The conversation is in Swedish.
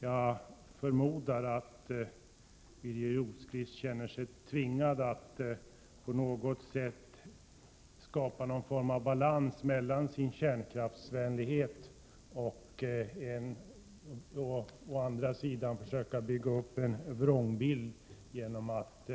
Jag förmodar att Birger Rosqvist känner sig tvingad att å ena sidan skapa någon form av balans i sin kärnkraftsvänlighet och å andra sidan försöka bygga upp en vrångbild genom att